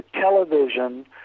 television